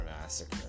Massacre